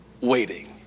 waiting